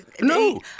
No